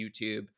YouTube